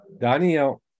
Daniel